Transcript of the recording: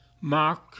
Mark